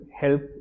help